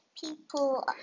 people